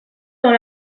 dans